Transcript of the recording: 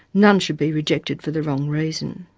none should be rejected for the wrong reason.